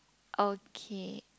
okay